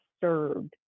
served